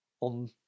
on